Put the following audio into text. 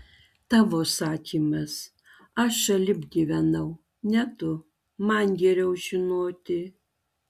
tavo sakymas aš šalip gyvenau ne tu man geriau žinoti